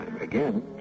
again